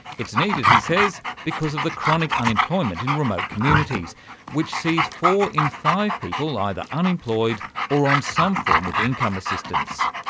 it's needed, he says, because of the chronic unemployment in remote communities which sees four in five people either unemployed or on some form of income assistance.